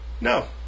No